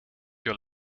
your